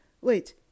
Wait